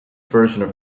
version